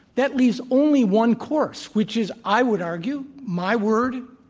that leaves only one course, which is, i would argue, my word,